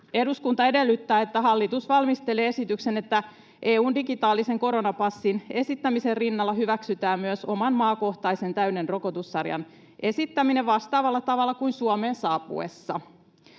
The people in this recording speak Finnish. Eduskunta edellyttää, että hallitus valmistelee esityksen, että EU:n digitaalisen koronapassin esittämisen rinnalla hyväksytään myös oman maakohtaisen täyden rokotussarjan esittäminen vastaavalla tavalla kuin Suomeen saapuessa.